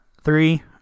Three